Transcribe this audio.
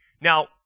Now